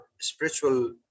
spiritual